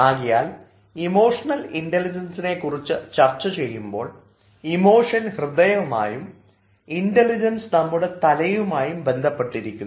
ആകയാൽ ഇമോഷണൽ ഇൻറലിജൻസിനെക്കുറിച്ച് ചർച്ച ചെയ്യുമ്പോൾ ഇമോഷൻ ഹൃദയവുമായും ഇൻറലിജൻസ് നമ്മുടെ തലയുമായി ബന്ധപ്പെട്ടിരിക്കുന്നു